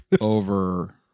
Over